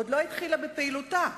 עוד לא התחילה בפעילותה,